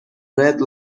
red